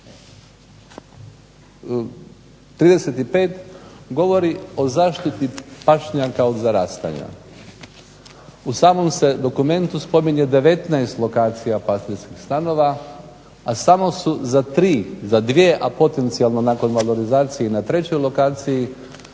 35.govori o zaštiti pašnjaka od zarastanja. U samom se dokumentu spominje 19 lokacija pastirskih stanova, a samo su za dvije, a potencijalno nakon valorizacije i na trećoj lokaciji